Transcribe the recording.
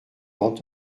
grand